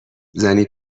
زنی